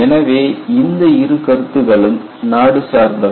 எனவே இந்த இரு கருத்துக்களும் நாடு சார்ந்தவை